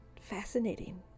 Fascinating